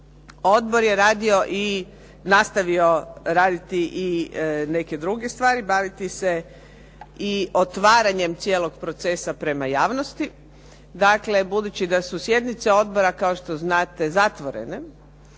radio i nastavio raditi i neke druge stvari, baviti se i otvaranjem cijelog procesa prema javnosti. Dakle, budući da su sjednice odbora kao što znate zatvorene,